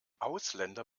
ausländer